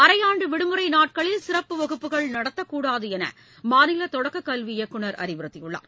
அரையாண்டு விடுமுறை நாட்களில் சிறப்பு வகுப்புகள் நடத்தக்கூடாது என்று மாநில தொடக்கக் கல்வி இயக்குநர் அறிவுறுத்தியுள்ளார்